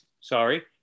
Sorry